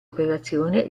operazione